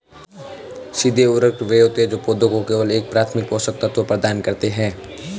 सीधे उर्वरक वे होते हैं जो पौधों को केवल एक प्राथमिक पोषक तत्व प्रदान करते हैं